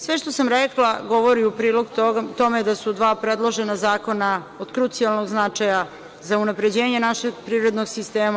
Sve što sam rekla govori u prilog tome da su dva predložena zakona od krucijalnog značaja za unapređenje našeg privrednog sistema.